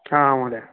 हा महोदय